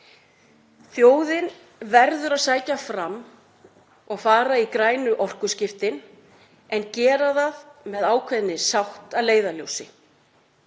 Þjóðin verður að sækja fram og fara í grænu orkuskiptin en gera það með ákveðna sátt að leiðarljósi.